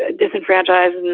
ah disenfranchised, and and